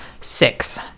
Six